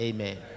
Amen